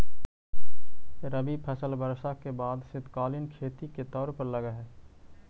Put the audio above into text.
रबी फसल वर्षा के बाद शीतकालीन खेती के तौर पर लगऽ हइ